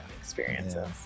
experiences